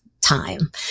time